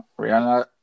Rihanna